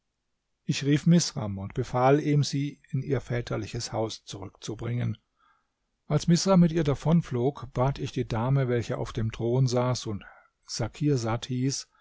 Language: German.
ich rief misram und befahl ihm sie in ihr väterliches haus zurückzubringen als misram mit ihr davonflog bat ich die dame welche auf dem thron saß und sakirsad hieß